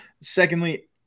Secondly